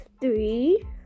three